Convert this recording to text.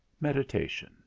Meditation